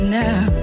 now